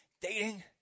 Dating